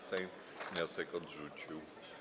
Sejm wniosek odrzucił.